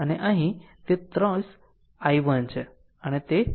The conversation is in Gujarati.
અને અહીં તે 30 i1 છે અને અહીં તે r i2 છે